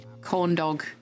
corndog